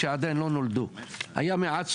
היום מדברים על און ליין.